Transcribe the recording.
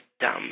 Dumb